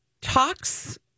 talks